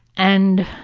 and,